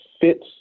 fits